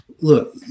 look